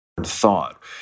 thought